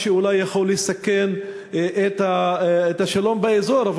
מה שאולי יכול לסכן את השלום באזור,